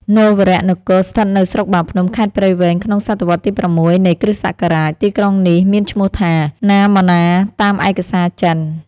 នរវរនគរ ស្ថិតនៅស្រុកបាភ្នំ ខេត្តព្រៃវែង ក្នុងសតវត្សរ៍ទី៦ នៃគ្រិស្តសក រាជ ។ ទីក្រុងនេះមានឈ្មោះថា ណាហ្មណាតាមឯកសារចិន ។